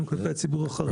גם כלפי הציבור החרדי.